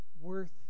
worth